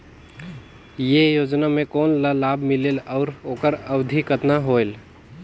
ये योजना मे कोन ला लाभ मिलेल और ओकर अवधी कतना होएल